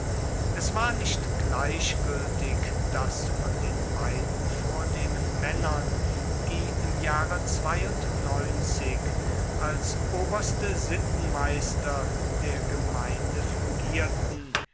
es war nicht gleichgültig daß von den beiden vornehmen männern die im jahre als oberste sittenmeister der gemeinde fungierten